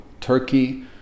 Turkey